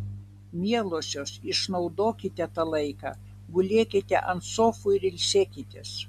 mielosios išnaudokite tą laiką gulėkite ant sofų ir ilsėkitės